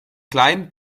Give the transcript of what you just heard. kleinen